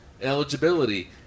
eligibility